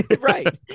right